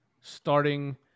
starting